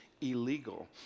illegal